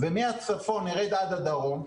ומהצפון נרד עד הדרום,